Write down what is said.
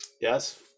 yes